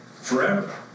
Forever